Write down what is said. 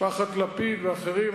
משפחת לפיד ואחרים,